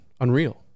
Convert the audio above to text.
unreal